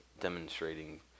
demonstrating